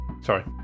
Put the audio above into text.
Sorry